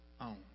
own